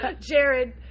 Jared